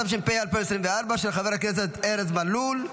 התשפ"ה 2024, של חבר הכנסת ארז מלול,